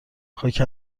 خاک